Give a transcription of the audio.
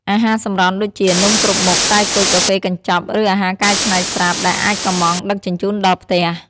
អាហារសម្រន់ដូចជា នំគ្រប់មុខ តែគុជ កាហ្វេកញ្ចប់ ឬអាហារកែច្នៃស្រាប់ ដែលអាចកម្ម៉ង់ដឹកជញ្ជូនដល់ផ្ទះ។